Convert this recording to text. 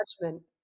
judgment